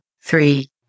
three